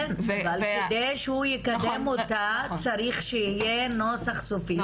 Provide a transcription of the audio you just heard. כן אבל כדי שהוא יקדם אותה צריך שיהיה נוסח סופי.